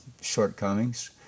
shortcomings